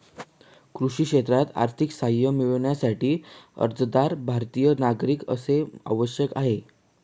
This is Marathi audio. कृषी क्षेत्रात आर्थिक सहाय्य मिळविण्यासाठी, अर्जदार भारतीय नागरिक असणे आवश्यक आहे